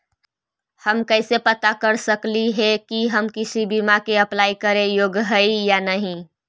हम कैसे पता कर सकली हे की हम किसी बीमा में अप्लाई करे योग्य है या नही?